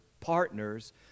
partners